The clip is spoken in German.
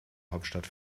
hauptstadt